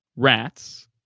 Rats